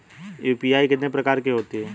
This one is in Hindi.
यू.पी.आई कितने प्रकार की होती हैं?